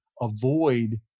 avoid